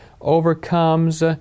overcomes